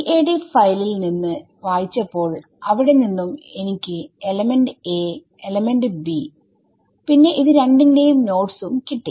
CAD ഫൈലിൽ നിന്ന് വായിച്ചപ്പോൾ അവിടെ നിന്നും എനിക്ക് എലമെന്റ് a എലമെന്റ് b പിന്നെ ഇത് രണ്ടിന്റെയും നോഡ്സും കിട്ടി